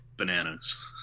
bananas